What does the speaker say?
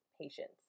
patience